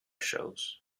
shows